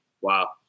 wow